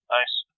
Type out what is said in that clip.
Nice